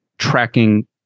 tracking